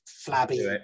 flabby